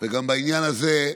וגם בעניין הזה,